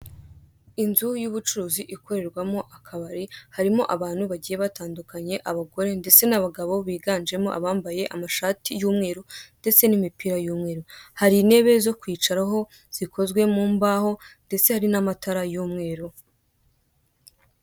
Inzu y'ubucuruzi ikorerwamo akabari. Harimo abantu bagiye batandukanye, abagore ndetse n'abagabo biganjemo abambaye amashati y'umweru ndetse n'imipira y'umweru. Hari intebe zo kwicaraho zikozwe mu mbaho, ndetse hari n'amatara y'umweru.